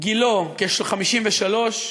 גילו כ-53,